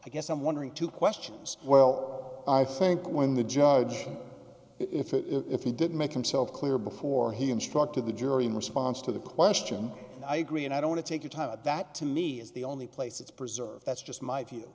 i guess i'm wondering two questions well i think when the judge if it if he didn't make himself clear before he instructed the jury in response to the question and i agree and i don't take the time that to me is the only place it's preserved that's just my view